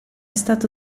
stato